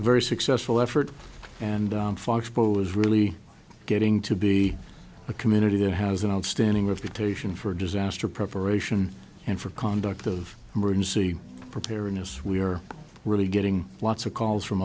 very successful effort and fox poll is really getting to be a community that has an outstanding reputation for disaster preparation and for conduct of emergency preparedness we are really getting lots of calls from